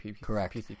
Correct